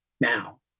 now